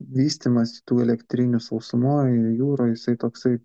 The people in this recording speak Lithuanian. vystymąsi tų elektrinių sausumoj jūroj jisai toksai